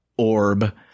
Orb